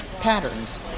patterns